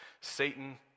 Satan